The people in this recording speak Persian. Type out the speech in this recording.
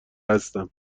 هستم